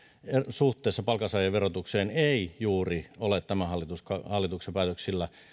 suhteessa palkansaajien verotukseen ei juuri ole tämän hallituksen päätöksillä